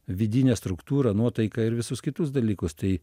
vidinę struktūrą nuotaiką ir visus kitus dalykus tai